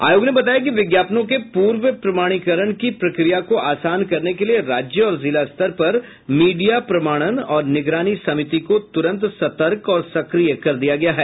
आयोग ने बताया कि विज्ञापनों के पूर्व प्रमाणीकरण की प्रक्रिया को आसान करने के लिए राज्य और जिला स्तर पर मीडिया प्रमाणन और निगरानी समिति को त्रंत सतर्क और सक्रिय कर दिया गया है